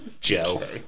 joe